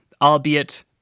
albeit